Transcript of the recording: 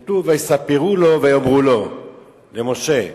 כתוב: ויספרו לו ויאמרו לו, למשה: